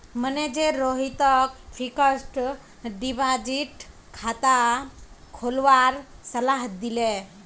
manager रोहितक fixed deposit खाता खोलवार सलाह दिले